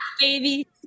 baby